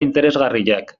interesgarriak